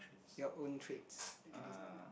your own traits you dislike now